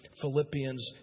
Philippians